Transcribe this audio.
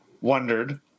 wondered